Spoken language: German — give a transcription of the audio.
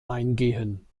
eingehen